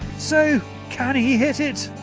so can he hit it,